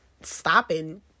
stopping